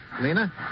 Lena